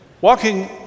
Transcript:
walking